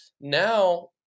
now